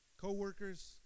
Co-workers